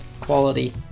quality